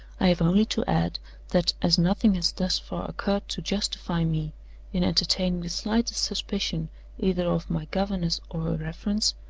i have only to add that, as nothing has thus far occurred to justify me in entertaining the slightest suspicion either of my governess or her reference,